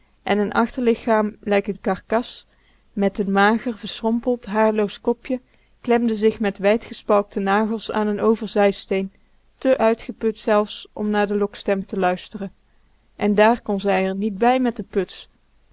en n achterlichaam lijk n karkas met n mager verschrompeld haarloos kopje klemde zich met wijd gespalkte nagels aan n overzij steen te uitgeput zelfs om naar de lokstem te luistren en dààr kon zij r niet bij met de puts